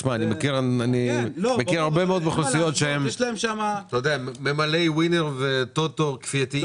יש הרבה ממלאי טוטו ווינר כפייתיים.